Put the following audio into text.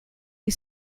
you